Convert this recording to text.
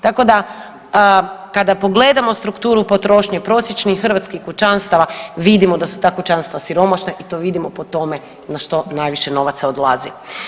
Tako da, kada pogledamo strukturu potrošnje prosječnih hrvatskih kućanstava vidimo da su ta kućanstva siromašna i to vidimo po tome na što najviše novaca odlazi.